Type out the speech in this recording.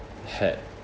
had